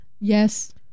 Yes